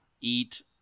eat